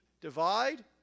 divide